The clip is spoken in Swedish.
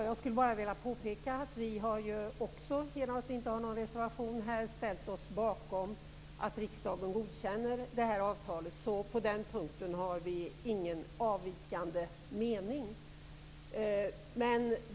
Herr talman! Jag vill bara påpeka att vi kristdemokrater i och med att vi inte har någon reservation också ställt oss bakom att riksdagen godkänner avtalet. På den punkten har vi alltså ingen avvikande mening.